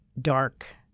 dark